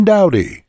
Dowdy